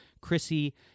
Chrissy